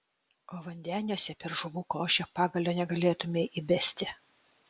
o vandeniuose per žuvų košę pagalio negalėtumei įbesti